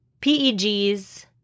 pegs